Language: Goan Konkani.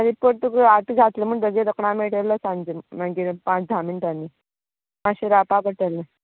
रिपोट तुका आतां जातलो म्हणटगीर रोकडो मेळटलो सांजे मागीर पांच धा मिनटानी मात्शें रावपा पडटलें